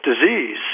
disease